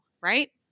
right